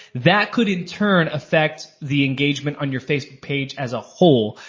that could in turn effect the engagement on your facebook page as a whole.